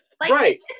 Right